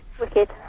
Wicked